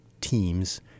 teams